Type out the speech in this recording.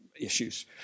issues